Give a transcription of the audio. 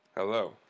Hello